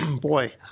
Boy